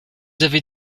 avez